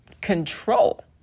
control